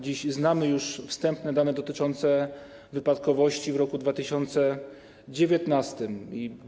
Dziś znamy już wstępne dane dotyczące wypadkowości w 2019 r.